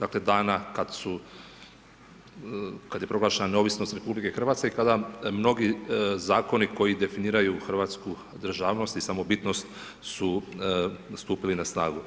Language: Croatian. dakle, dana kada su kada je proglašena neovisnost RH i kada mnogi zakoni koji definiraju Hrvatsku državnost i samobitnost su stupili na snagu.